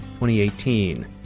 2018